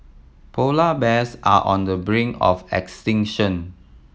polar bears are on the brink of extinction